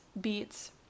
beets